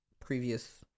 previous